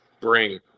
bring